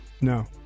No